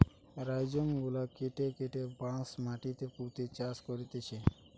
rhizome গুলা কেটে কেটে বাঁশ মাটিতে পুঁতে চাষ করতিছে